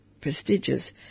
prestigious